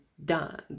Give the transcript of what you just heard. done